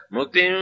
Mukti